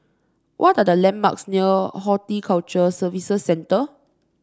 what are the landmarks near Horticulture Services Centre